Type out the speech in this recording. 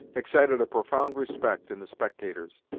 excited a profound respect in the spectators,